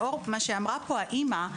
לאור דבריה של האימא פה,